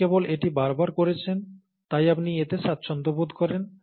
আপনি কেবল এটি বারবার করেছেন তাই আপনি এতে স্বাচ্ছন্দ্য বোধ করেন